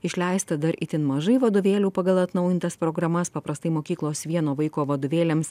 išleista dar itin mažai vadovėlių pagal atnaujintas programas paprastai mokyklos vieno vaiko vadovėliams